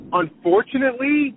unfortunately